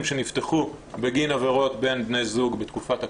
שנפתחו בגין עבירות בין בני זוג בתקופת הקורונה,